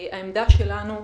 העמדה שלנו,